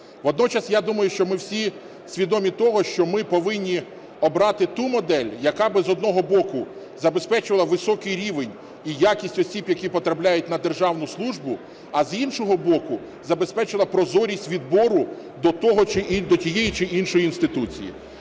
Водночас я думаю, що ми всі свідомі того, що ми повинні обрати ту модель, яка би, з одного боку, забезпечувала високий рівень і якість осіб, які потрапляють на державну службу, а з іншого боку, забезпечила прозорість відбору до тієї чи іншої інституції.